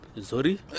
Sorry